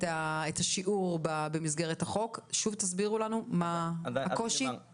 השיעור במסגרת החוק תסבירו לנו מה הקושי.